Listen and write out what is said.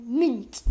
mint